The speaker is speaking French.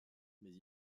mais